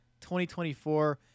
2024